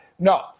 No